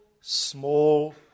small